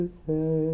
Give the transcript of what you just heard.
say